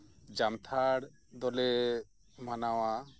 ᱡᱟᱱᱛᱷᱟᱲ ᱫᱚᱞᱮ ᱢᱟᱱᱟᱣᱟ